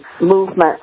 movement